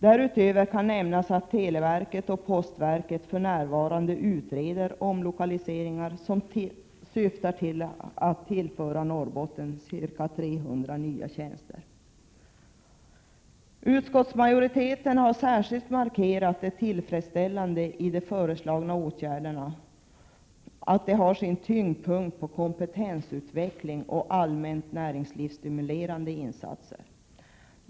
Därutöver kan nämnas att televerket och postverket för närvarande utreder omlokaliseringar som syftar till att tillföra Norrbotten ca 300 nya tjänster. Utskottsmajoriteten har särskilt markerat det tillfredsställande i att de föreslagna åtgärderna har sin tyngdpunkt på kompetensutveckling och allmänt näringslivsstimulerande insatser.